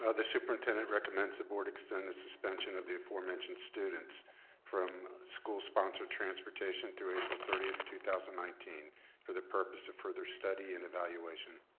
ah the superintendent recommends the board extend the suspension of the aforementioned students from school sponsored transportation through april thirtieth two thousand and nineteen for the purpose of further study and evaluation.